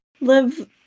live